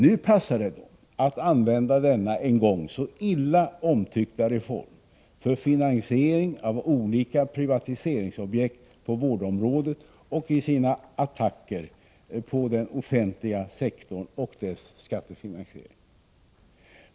Nu passar det dem att använda denna en gång så illa omtyckta reform för finansiering av olika privatiseringsobjekt på vårdområdet och i sina attacker på den offentliga sektorn och dess skattefinansiering.